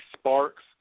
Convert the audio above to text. Sparks